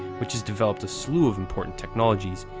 which has developed a slew of important technologies,